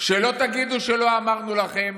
שלא תגידו שלא אמרנו לכם.